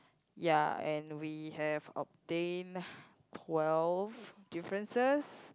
ya and we have obtained twelve differences